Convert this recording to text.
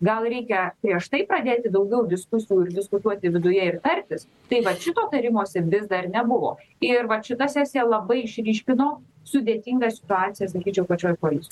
gal reikia prieš tai pradėti daugiau diskusijų ir diskutuoti viduje ir tartis tai vat šito tarimosi vis dar nebuvo ir vat šita sesija labai išryškino sudėtingą situaciją sakyčiau pačioj koalic